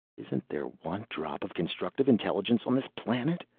isn't there one drop of constructive intelligence on this planet?